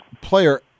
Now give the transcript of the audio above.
player